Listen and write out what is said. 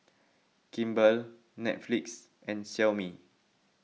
Kimball Netflix and Xiaomi